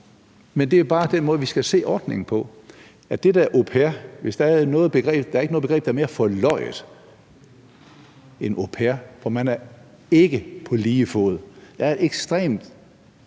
men det er bare den måde, vi skal se ordningen på. Der er ikke noget, der er mere forløjet, end det der au pair-begreb, for man er ikke på lige fod. Der er en ekstremt